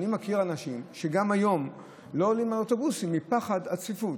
אני מכיר אנשים שגם היום לא עולים לאוטובוסים מפחד הצפיפות,